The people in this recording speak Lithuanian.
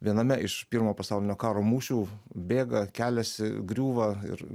viename iš pirmojo pasaulinio karo mūšių bėga keliasi griūva ir